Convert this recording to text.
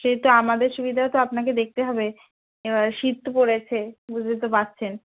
সে তো আমাদের সুবিধা তো আপনাদের দেখতে হবে এবার শীত পড়ছে বুঝতে তো পারছেন